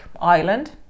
island